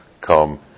come